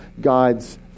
God's